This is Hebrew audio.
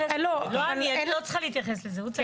אני לא צריכה להתייחס לזה, הוא צריך להתייחס לזה.